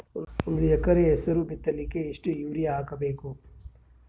ಒಂದ್ ಎಕರ ಹೆಸರು ಬಿತ್ತಲಿಕ ಎಷ್ಟು ಯೂರಿಯ ಹಾಕಬೇಕು?